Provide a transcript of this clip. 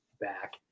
back